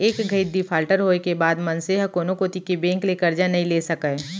एक घइत डिफाल्टर होए के बाद मनसे ह कोनो कोती के बेंक ले करजा नइ ले सकय